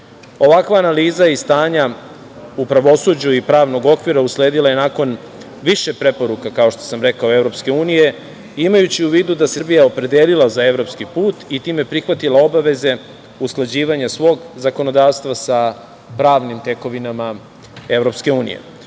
Ovakva analiza iz stanja u pravosuđu i pravnog okvira usledila je nakon više preporuka kako što sam rekao EU, imajući u vidu da se Srbija opredelila za evropski put i time prihvatila obaveze usklađivanja svog zakonodavstva za pravnim tekovinama EU.U